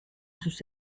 sus